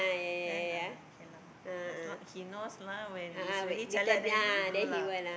then uh okay lah as long he knows lah when it's really jialat then he do lah